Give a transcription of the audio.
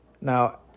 Now